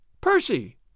Percy